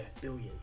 Billion